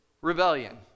rebellion